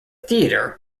theatre